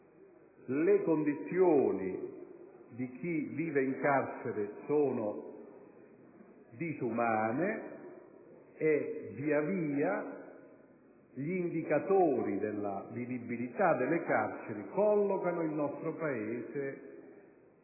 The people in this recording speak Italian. le condizioni di chi vive in carcere sono disumane e via via gli indicatori della vivibilità nelle carceri collocano il nostro in